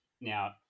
Now